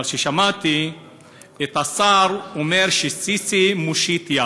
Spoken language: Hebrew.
אבל כששמעתי את השר אומר שא-סיסי מושיט יד,